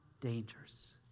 dangers